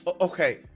Okay